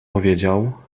powiedział